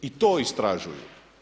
I to istražuju.